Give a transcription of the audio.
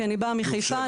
כי אני באה מחיפה,